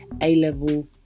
A-level